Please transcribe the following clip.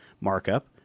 markup